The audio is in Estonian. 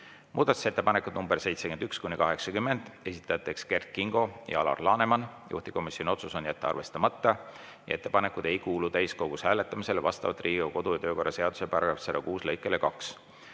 Muudatusettepanekud nr 71–80, esitajad Kert Kingo ja Alar Laneman. Juhtivkomisjoni otsus on jätta arvestamata ja ettepanekud ei kuulu täiskogus hääletamisele vastavalt Riigikogu kodu- ja töökorra seaduse § 106 lõikele 2.